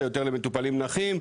וליותר מטופלים נכים,